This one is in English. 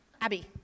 Abby